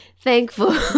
thankful